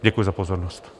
Děkuji za pozornost.